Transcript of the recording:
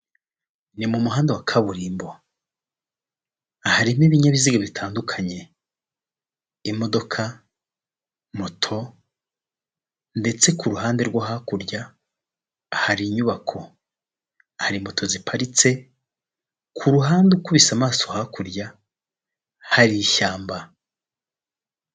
Ni mu muhanda wa kaburimbo, harimo ibinyabiziga bitandukanye, imodoka, moto, ndetse ku ruhande rwo hakurya hari inyubako, hari moto ziparitse, ku ruhande ukubise amaso hakurya hari ishyamba.